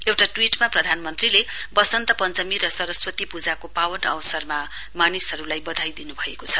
एउटा ट्वीटमा प्रधानमन्त्रीले वसन्त पञ्चमी र सरस्वती पूजाको पावन अवसरमा मानिसहरुलाई बधाई दिन्भएको छ